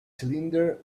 cylinder